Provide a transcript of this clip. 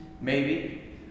Maybe